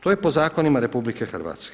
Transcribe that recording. To je po zakonima RH.